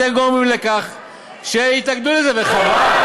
אתם דווקא מביאים את זה היום,